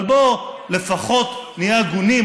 אבל בוא לפחות נהיה הגונים,